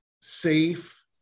safe